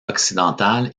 occidental